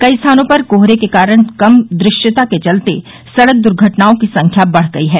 कई स्थानों पर कोहरे के कारण कम दृश्यता के चलते सड़क दुर्घटनाओं की संख्या बढ़ गई है